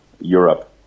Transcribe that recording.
Europe